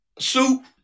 soup